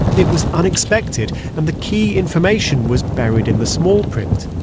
it was unexpected and the key information was buried in the small print.